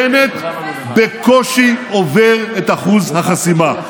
בנט בקושי עובר את אחוז החסימה.